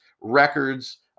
records